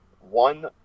one